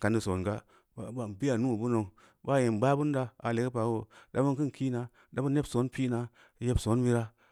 kaam neu singa, amko n gbi-‘a nuu bu noo, ba nyem baa binda aa le-gu paa yoo dam bin keun kiinada bin neb soon pi-‘na neb soon bira